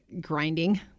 grinding